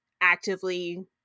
actively